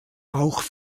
auch